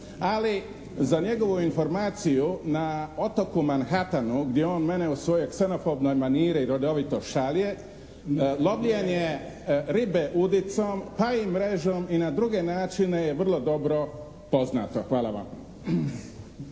Ali za njegovu informaciju na otoku Manhatanu gdje je on mene u svojoj ksenofobnoj maniri redovito šalje lovljenje ribe udicom pa i mrežom i na druge načine je vrlo dobro poznato. Hvala vam.